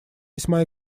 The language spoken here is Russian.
весьма